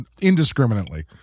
indiscriminately